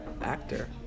actor